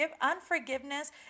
unforgiveness